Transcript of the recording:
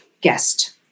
guest